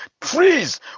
trees